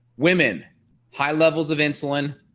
women high levels of insulin,